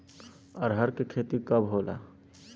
अरहर के खेती कब होला?